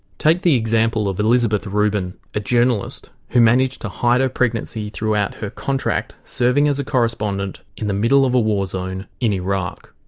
take the example of elizabeth rubin, a journalist who managed to hide her ah pregnancy throughout her contract serving as a correspondent in the middle of a war zone in iraq.